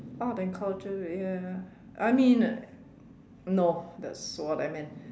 art and culture ya I mean no that's what I meant